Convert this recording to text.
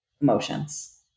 emotions